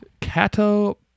Cato-